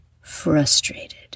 frustrated